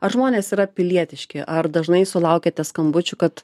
ar žmonės yra pilietiški ar dažnai sulaukiate skambučių kad